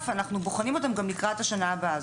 אנחנו בוחנים אותם גם לקראת השנה הבאה,